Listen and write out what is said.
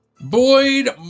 Boyd